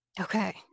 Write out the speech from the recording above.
Okay